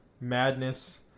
madness